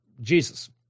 Jesus